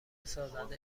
سازنده